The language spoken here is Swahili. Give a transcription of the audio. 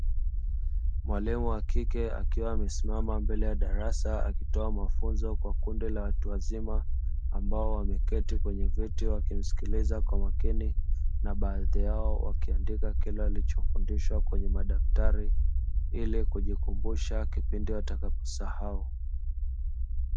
Mwalimu wakike akiwa ame simama mbele ya darasa, akitoa mafunzo kwa kundi la watu wazima ambao wameketi kwenye viti waki mskiliza kwa wakini na baadhi yao wakiandika kile alichofundisha kwenye madaftari ili kuji kumbusha kipindi watakapo sahau.